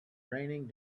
raining